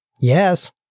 Yes